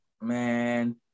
man